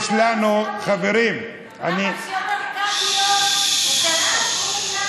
כמה שיותר קאדיות, הוא אמר קאדית.